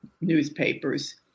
newspapers